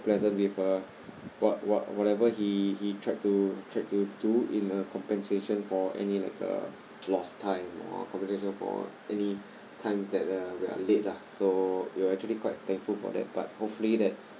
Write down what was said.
pleasant uh what what whatever he he tried to tried to do in a compensation for any like uh lost time or compensation for any time that uh we are late lah so we're actually quite thankful for that but hopefully that